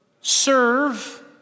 serve